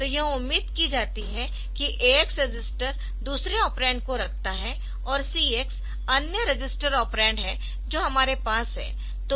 तो यह उम्मीद की जाती है कि AX रजिस्टर दूसरे ऑपरेंड को रखता है और CX अन्य रजिस्टर ऑपरेंड है जो हमारे पास है